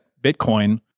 Bitcoin